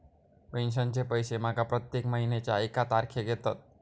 पेंशनचे पैशे माका प्रत्येक महिन्याच्या एक तारखेक येतत